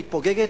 ומתפוגגים,